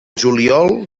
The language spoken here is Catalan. juliol